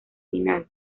final